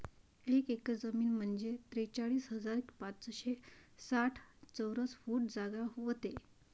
एक एकर जमीन म्हंजे त्रेचाळीस हजार पाचशे साठ चौरस फूट जागा व्हते